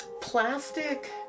plastic